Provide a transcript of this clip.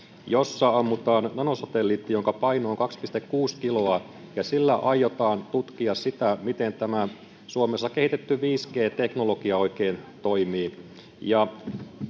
jossa ammutaan nanosatelliitti jonka paino on kaksi pilkku kuusi kiloa ja sillä aiotaan tutkia sitä miten tämä suomessa kehitetty viisi g teknologia oikein toimii ja